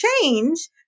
Change